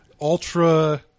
ultra